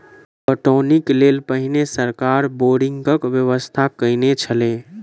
पटौनीक लेल पहिने सरकार बोरिंगक व्यवस्था कयने छलै